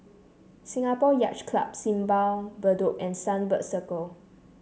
Singapore Yacht Club Simpang Bedok and Sunbird Circle